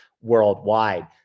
worldwide